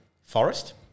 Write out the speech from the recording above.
forest